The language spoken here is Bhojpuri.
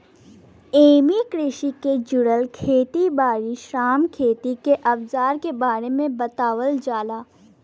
एमे कृषि के जुड़ल खेत बारी, श्रम, खेती के अवजार के बारे में बतावल जाला